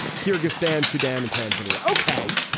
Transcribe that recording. kyrgyzstan, sudan and tanzania. okay.